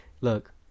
Look